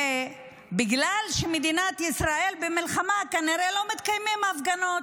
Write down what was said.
ובגלל שמדינת ישראל במלחמה כנראה לא מתקיימות הפגנות,